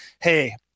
Hey